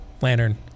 Lantern